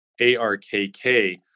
ARKK